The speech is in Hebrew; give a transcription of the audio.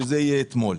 שזה יהיה אתמול.